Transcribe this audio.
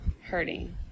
hurting